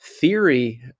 theory